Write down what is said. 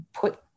put